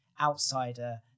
outsider